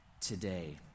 today